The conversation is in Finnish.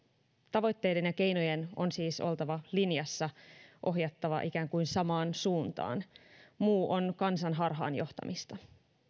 tavoitteiden ja keinojen on siis oltava linjassa ohjattava ikään kuin samaan suuntaan muu on kansan harhaan johtamista